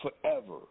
forever